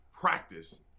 practice